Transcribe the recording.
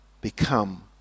become